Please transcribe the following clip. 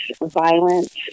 violence